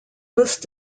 list